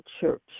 church